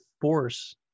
force